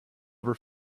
ever